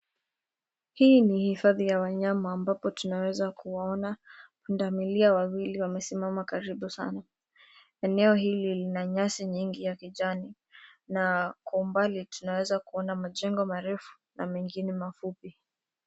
Hii ni hifadhi ya wanyama ambapo tunaweza kuwaona pundamilia wawili wamesimama karibu sana. Eneo hili lina nyasi nyingi ya kijani na kwa umbali tunaweza kuona majengo marefu na mengine mafupi.